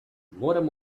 moram